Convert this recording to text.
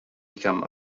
become